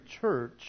church